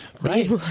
Right